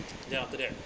then after that